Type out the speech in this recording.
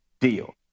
deal